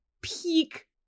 peak